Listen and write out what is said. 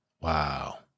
Wow